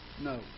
No